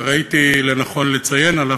וראיתי לנכון לציין עליו,